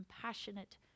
compassionate